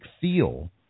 feel